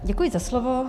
Děkuji za slovo.